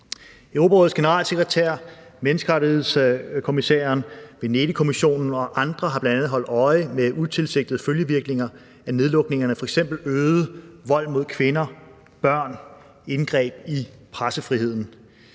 Europarådets generalsekretær, menneskerettighedskommissæren, Venedigkommissionen og andre har bl.a. holdt øje med utilsigtede følgevirkninger af nedlukningerne, f.eks. øget vold mod kvinder og børn, indgreb i pressefriheden.